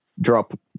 drop